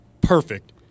Perfect